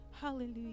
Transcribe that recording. Hallelujah